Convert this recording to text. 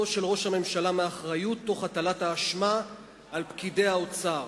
של ראש הממשלה מאחריות תוך הטלת האשמה על פקידי האוצר: